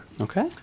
Okay